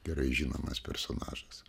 gerai žinomas personažas